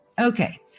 Okay